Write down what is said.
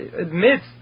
admits